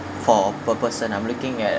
for per person I'm looking at